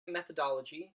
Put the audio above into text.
methodology